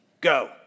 go